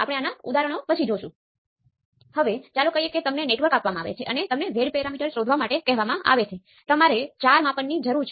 આપણે બીજી સરળ સર્કિટ લઈ શકીએ છીએ